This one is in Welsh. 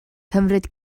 cymryd